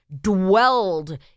dwelled